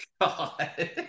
God